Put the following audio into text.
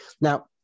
Now